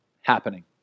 happening